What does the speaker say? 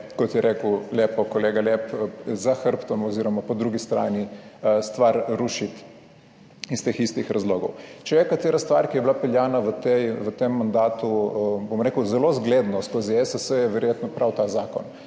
kot je rekel lepo kolega lep za hrbtom oziroma po drugi strani stvar rušiti iz teh istih razlogov. Če je katera stvar, ki je bila peljana v tem mandatu bom rekel, zelo zgledno skozi ESS, je verjetno prav ta zakon,